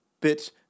bit